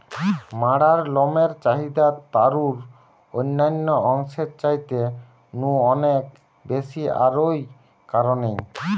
ম্যাড়ার লমের চাহিদা তারুর অন্যান্য অংশের চাইতে নু অনেক বেশি আর ঔ কারণেই